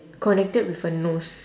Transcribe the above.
connected with a nose